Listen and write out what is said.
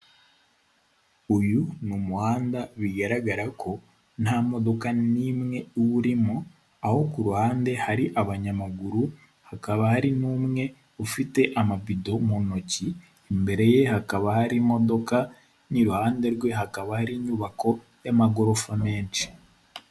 Uyu ni umuhanda bigaragara ko nta modoka n'imwe uwurimo, aho ku ruhande hari abanyamaguru, hakaba hari n'umwe ufite amabido mu ntoki, imbere ye hakaba har imodoka n'iruhande rwe hakaba ari inyubako y'amagorofa menshi.